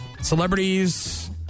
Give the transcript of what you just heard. Celebrities